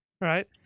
right